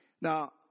Now